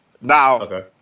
Now